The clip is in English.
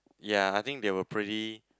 ya I think they were pretty